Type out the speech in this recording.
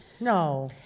no